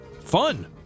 fun